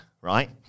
right